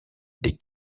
des